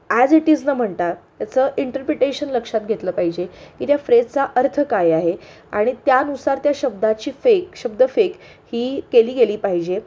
as it is न म्हणता याचं इंटरपिटेशन लक्षात घेतलं पाहिजे की त्या फ्रेझचा अर्थ काय आहे आणि त्यानुसार त्या शब्दाची फेक शब्दफेक ही केली गेली पाहिजे